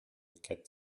quatre